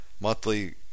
monthly